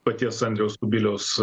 paties andriaus kubiliaus